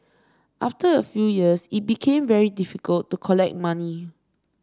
after a few years it became very difficult to collect money